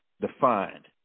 defined